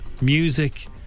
music